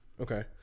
Okay